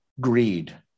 greed